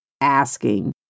asking